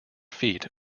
feat